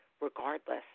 regardless